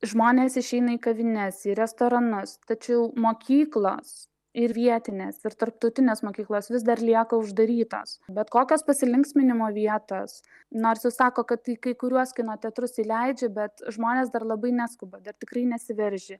žmonės išeina į kavines į restoranus tačiau mokyklos ir vietinės ir tarptautinės mokyklos vis dar lieka uždarytos bet kokios pasilinksminimo vietos nors jau sako kad į kai kuriuos kino teatrus įleidžia bet žmonės dar labai neskuba dar tikrai nesiveržia